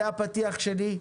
זה הפתיח שלי.